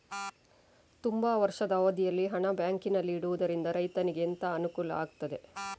ತುಂಬಾ ವರ್ಷದ ಅವಧಿಯಲ್ಲಿ ಹಣ ಬ್ಯಾಂಕಿನಲ್ಲಿ ಇಡುವುದರಿಂದ ರೈತನಿಗೆ ಎಂತ ಅನುಕೂಲ ಆಗ್ತದೆ?